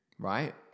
Right